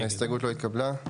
0 ההסתייגות לא התקבלה.